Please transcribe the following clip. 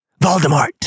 Voldemort